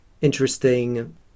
interesting